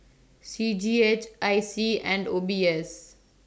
C G H I C and O B S